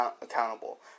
accountable